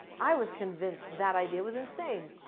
i was convinced that idea was insane.